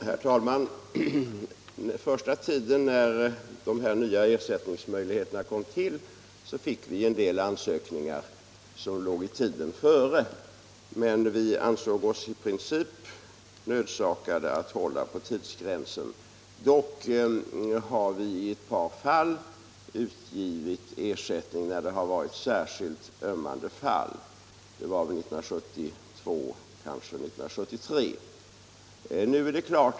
Herr talman! När de här nya ersättningsmöjligheterna kom till fick vi en del ansökningar som avsåg tiden före den 1 januari 1971. Men vi ansåg oss i princip nödsakade att hålla på tidsgränsen. Dock har vi i ett par särskilt ömmande fall utgivit ersättning. Det var 1972, kanske 1973.